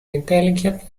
intelligent